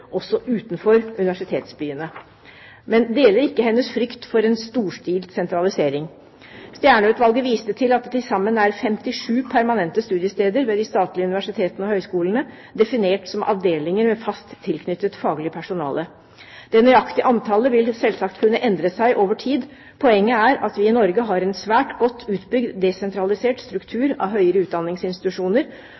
også utenfor universitetsbyene, men deler ikke hennes frykt for en storstilt sentralisering. Stjernø-utvalget viste til at det til sammen er 57 permanente studiesteder ved de statlige universitetene og høyskolene, definert som avdelinger med fast tilknyttet faglig personale. Det nøyaktige antallet vil selvsagt kunne endre seg over tid. Poenget er at vi i Norge har en svært godt utbygd desentralisert